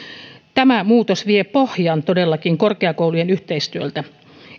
tämä muutos todellakin vie pohjan korkeakoulujen yhteistyöltä